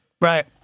Right